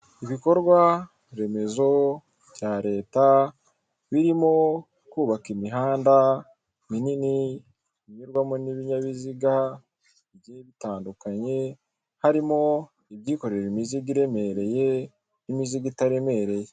Ibikorwaremezo bya leta birimo: kubaka imihanda minini inyurwamo n'ibinyabiziga bigiye bitandukanye, harimo ibyikorera imizigo iremereye n'imizigo itaremereye.